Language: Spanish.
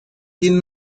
tiene